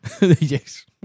Yes